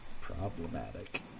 problematic